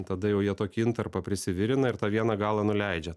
tada jau jie tokį intarpą prisivirina ir tą vieną galą nuleidžia